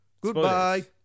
goodbye